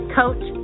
coach